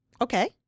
okay